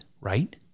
right